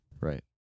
right